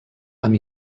amb